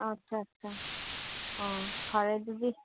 ꯐꯔꯦ ꯑꯗꯨꯗꯤ